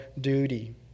duty